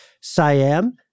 Siam